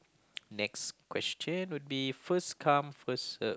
next question would be first come first serve